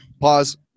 pause